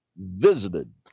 visited